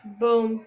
boom